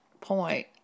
point